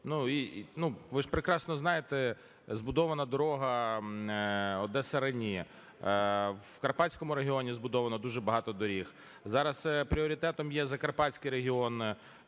ви ж прекрасно знаєте, збудована дорога Одеса–Рені, в Карпатському регіоні збудовано дуже багато доріг. Зараз пріоритетом є Закарпатський регіон,